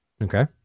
Okay